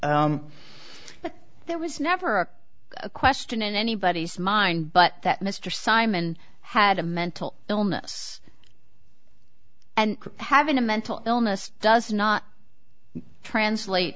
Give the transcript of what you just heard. but there was never a question in anybody's mind but that mr simon had a mental illness and having a mental illness does not translate